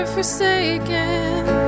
Forsaken